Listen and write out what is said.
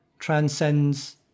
transcends